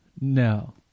no